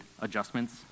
adjustments